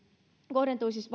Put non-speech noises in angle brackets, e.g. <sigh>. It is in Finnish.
kohdentuisi <unintelligible>